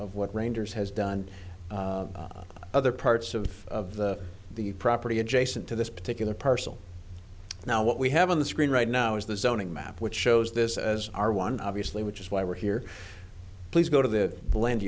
of what rangers has done other parts of the property adjacent to this particular parcel now what we have on the screen right now is the zoning map which shows this as our one obviously which is why we're here please go to the blend